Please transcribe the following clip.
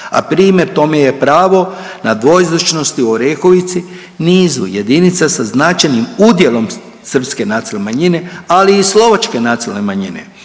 a primer tome je pravo na dvojezičnost u Orehovici nizu jedinica sa značajnim udjelom srpske nacionalne manjine, ali i slovačke nacionalne